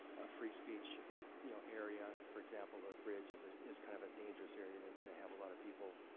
a free-speech you know area. for example, the bridge is ah is kind of a dangerous area to to have a lot of people